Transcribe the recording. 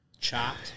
Chopped